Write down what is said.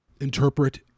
interpret